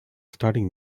starting